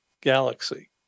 galaxy